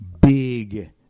big